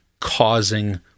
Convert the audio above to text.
causing